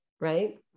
Right